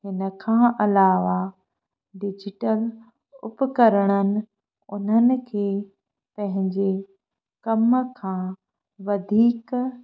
हिनखां अलावा डिजिटल उपकरणनि उन्हनि खे पंहिंजे कम खां वधीक